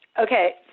okay